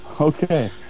Okay